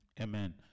Amen